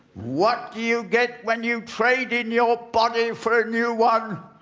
what do you get when you trade in your body for a new one?